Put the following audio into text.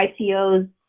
ICOs